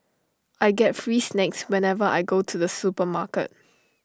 I get free snacks whenever I go to the supermarket